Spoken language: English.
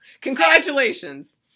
Congratulations